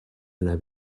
anar